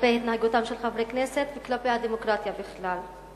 כלפי התנהגותם של חברי כנסת וכלפי הדמוקרטיה בכלל.